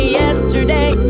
yesterday